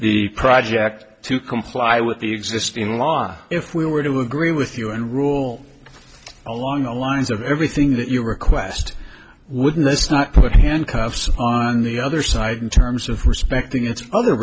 the project to comply with the existing law if we were to agree with you and rule along the lines of everything that you request wouldn't this not put handcuffs on the other side in terms of respecting its other